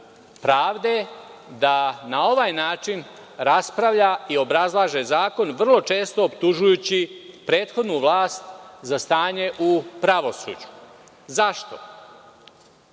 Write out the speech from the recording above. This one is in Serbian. pravde da na ovaj način raspravlja i obrazlaže zakon, vrlo često optužujući prethodnu vlast za stanje u pravosuđu. Zašto?